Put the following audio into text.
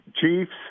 Chiefs